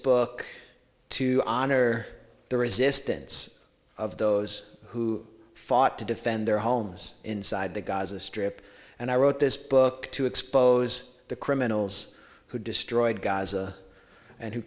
book to honor the resistance of those who fought to defend their homes inside the gaza strip and i wrote this book to expose the criminals who destroyed gaza and who